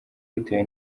bitewe